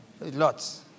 lots